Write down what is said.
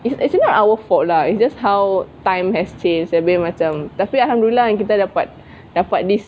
it's actually not our fault lah it's just how time has changed abeh macam tapi alhamdulilah kita dapat this